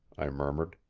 i murmured.